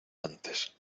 antes